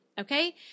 Okay